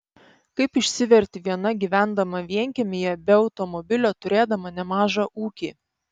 kaip išsiverti viena gyvendama vienkiemyje be automobilio turėdama nemažą ūkį